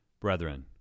Brethren